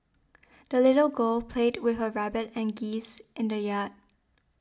the little girl played with her rabbit and geese in the yard